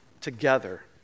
together